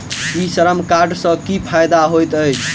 ई श्रम कार्ड सँ की फायदा होइत अछि?